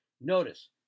Notice